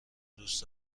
دوست